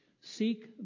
Seek